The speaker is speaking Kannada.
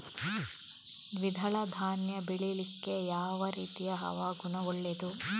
ದ್ವಿದಳ ಧಾನ್ಯ ಬೆಳೀಲಿಕ್ಕೆ ಯಾವ ರೀತಿಯ ಹವಾಗುಣ ಒಳ್ಳೆದು?